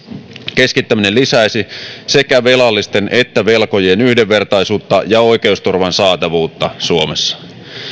keskittäminen lisäisi sekä velallisten että velkojien yhdenvertaisuutta ja oikeusturvan saatavuutta suomessa